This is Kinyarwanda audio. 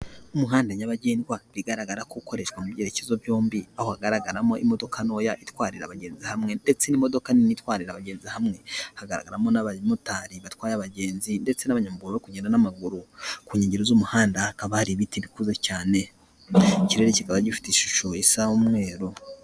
Umuhanda nyabagendwa bigaragara ko ukoreshwa mu byerekezo byombi, aho hagaragaramo imodoka ntoya itwarira abagenzi hamwe, ndetse n'imodoka nini itwarira abagenzi hamwe. Hagaragaramo n'abamotari batwaye abagenzi ndetse n'abanyamaguru barikugenda n'amaguru. Ku nkengero z'umuhanda hakaba hari ibiti bikuze cyane. Ikirere kikaba gifite ishusho isa umweru.